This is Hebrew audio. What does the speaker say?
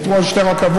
ויתרו על שתי רכבות,